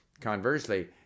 conversely